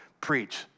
preach